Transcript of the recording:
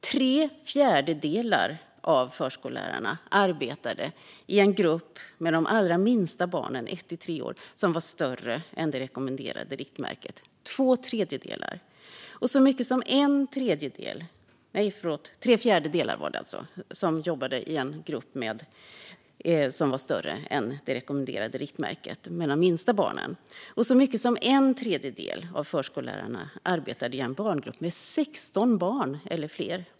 Tre fjärdedelar av förskollärarna arbetade i en grupp med de allra minsta barnen,1-3 år, som var större än det rekommenderade riktmärket. Så mycket som en tredjedel av förskollärarna arbetade i en barngrupp med 16 barn eller fler.